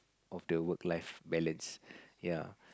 of the work life balance yea